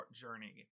journey